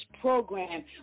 program